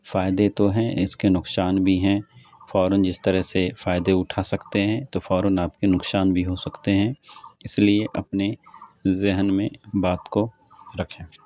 فائدے تو ہیں اس کے نقصان بھی ہیں فوراً جس طرح سے فائدے اٹھا سکتے ہیں تو فوراً آپ کے نقصان بھی ہو سکتے ہیں اس لیے اپنے ذہن میں بات کو رکھیں